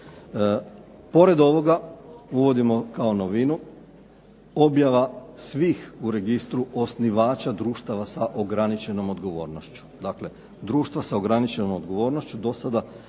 Pored ovoga uvodimo kao novinu objava svih u registru osnivača društva sa ograničenom odgovornošću,